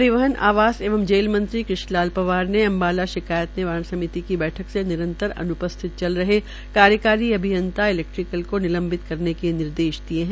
परिहवन आवासा एवं जेल मंत्री कृष्ण लाल पंवार ने अम्बाला शिकायत निवारण समिति की बैठक से निरंतर अनुपस्थित चल रहे कार्यकारी अभियंता ईैलैक्ट्रीकल को निलंबित करने के निर्देश दिये है